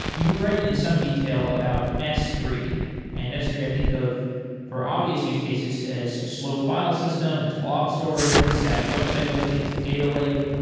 you write in some detail about s three and s three i think of for obvious use cases as slow file system, it's blob storage, it's static website hosting, it's a data lake.